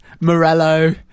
Morello